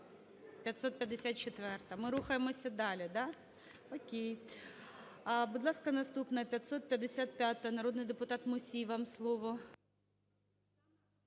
554-а. Ми рухаємося далі, да? О'кей. Будь ласка, наступна – 555-а. Народний депутат Мусій, вам слово.